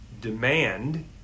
demand